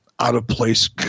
out-of-place